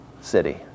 city